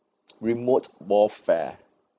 remote warfare